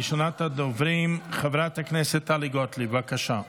ראשונת הדוברים, חברת הכנסת טלי גוטליב, בבקשה.